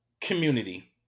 community